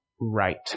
right